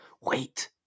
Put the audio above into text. Wait